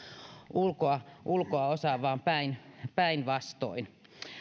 ulkoa ulkoa osaa vaan päinvastoin